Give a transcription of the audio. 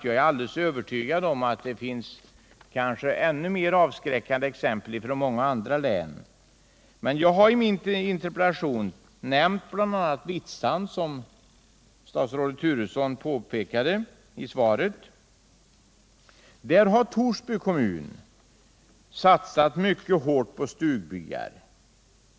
Jag är alldeles övertygad om att det finns ännu mer avskräckande exempel från många andra län. Men jag har i min interpellation nämnt bl.a. Vitsand, som statsrådet Turesson påpekat i svaret. Där har Torsby kommun satsat mycket hårt på stugbyar.